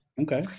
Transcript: Okay